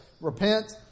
repent